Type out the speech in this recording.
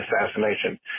assassination